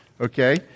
Okay